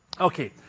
Okay